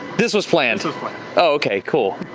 this was planned so like okay, cool.